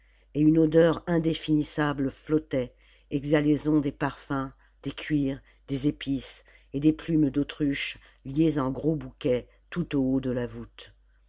et une odeur indéfinissable flottait exhalaison des parfums des cuirs des épices et des plumes d'autruche liées en gros bouquets tout au haut de la voûte